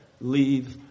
leave